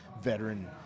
veteran